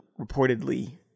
reportedly